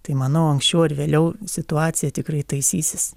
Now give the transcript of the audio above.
tai manau anksčiau ar vėliau situacija tikrai taisysis